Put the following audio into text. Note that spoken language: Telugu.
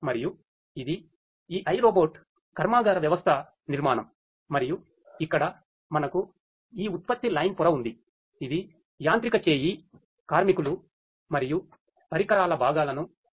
మరియు ఇది ఈ iRobot ఖర్మాగార వ్యవస్థ నిర్మాణం మరియు ఇక్కడ మనకు ఈ ఉత్పత్తి లైన్ పొర ఉంది ఇది యాంత్రిక చేయి కార్మికులు మరియు పరికరాల భాగాలను కలిగి ఉంది